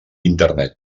internet